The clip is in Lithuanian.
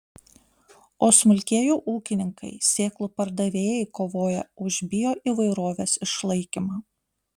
o smulkieji ūkininkai sėklų pardavėjai kovoja už bioįvairovės išlaikymą